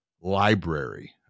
library